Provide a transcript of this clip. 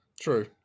True